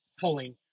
pulling